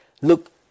Look